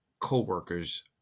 co-workers